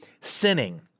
sinning